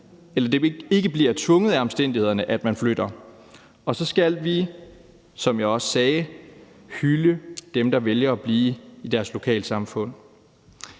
er, fordi de er tvunget af omstændighederne, at de flytter. Så skal vi også, som jeg sagde, hylde dem, der vælger at blive i deres lokalsamfund.